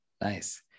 Nice